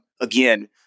Again